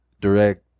direct